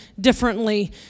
differently